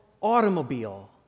automobile